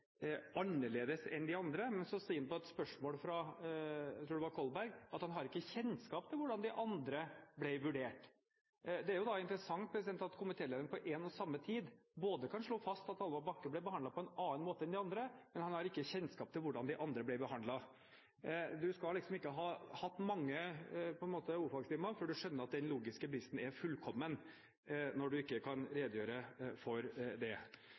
annerledes enn for de andre, men så svarer han på et spørsmål fra – jeg tror det var – Kolberg at han ikke har kjennskap til hvordan de andre ble vurdert. Det er interessant at komitélederen kan slå fast at Hallvard Bakke ble behandlet på en annen måte enn de andre, mens han på samme tid ikke har kjennskap til hvordan de andre ble behandlet. Du skal ikke ha hatt mange o-fagstimer før du skjønner at den logiske bristen er fullkommen når du ikke kan redegjøre for det.